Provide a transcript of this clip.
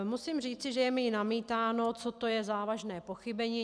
Musím říci, že je mi namítáno, co to je závažné pochybení.